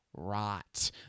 rot